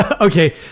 okay